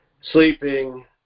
sleeping